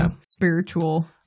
spiritual